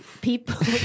people